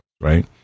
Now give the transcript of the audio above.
right